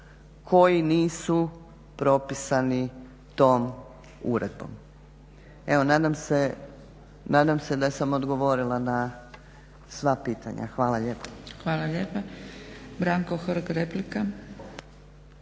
koji nisu propisani tom uredbom. Evo nadam se da sam odgovorila na sva pitanja. Hvala lijepa. **Zgrebec, Dragica